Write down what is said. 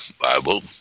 Bible